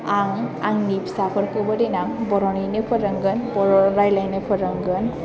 आं आंनि फिसाफोरखौबो देनां बर'निनो फोरोंगोन बर' रायज्लायनो फोरोंगोन